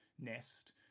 nest